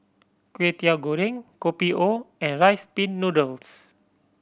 Kway Teow Goreng Kopi O and Rice Pin Noodles